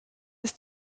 ist